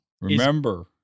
Remember